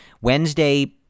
Wednesday